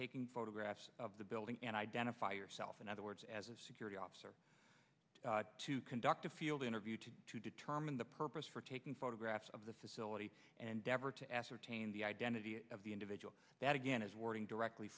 taking photographs of the building and identify yourself and other words as a security officer to conduct a field interview to determine the purpose for taking photographs of the facility and devore to ascertain the identity of the individual that again is working directly